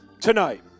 tonight